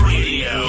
Radio